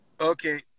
Okay